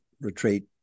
retreat